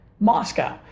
Moscow